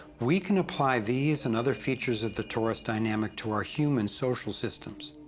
we can apply these and other features of the torus dynamic to our human social systems.